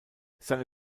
seine